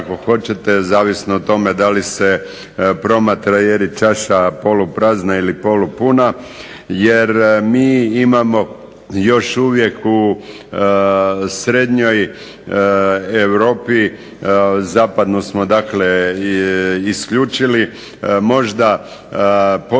zavisno o tome da li se promatra je li čaša poluprazna ili polupuna. Jer mi imamo još uvijek u srednjoj Europi, zapadnu smo dakle isključili, možda područja